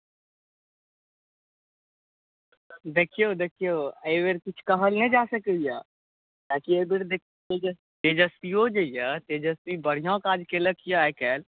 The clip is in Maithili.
देखियौ देखियौ एहिबेर किछु कहल नहि जा सकैया किएकि एहि बेर देखैछी जे तेजस्वीयो जे यऽ तेजस्वी बढ़िऑं काज केलक यऽ आइकाल्हि